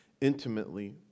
intimately